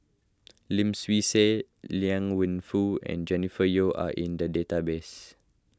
Lim Swee Say Liang Wenfu and Jennifer Yeo are in the database